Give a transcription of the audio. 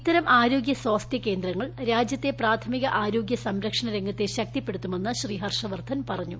ഇത്തരം ആരോഗ്യ സ്വാസ്ഥ്യകേന്ദ്രങ്ങൾ രാജ്യത്തെ പ്രാഥമിക ആരോഗ്യ സംരക്ഷണരംഗത്തെ ശക്തിപ്പെടുത്തുമെന്ന് ശ്രീഹർഷവർധൻ പറഞ്ഞു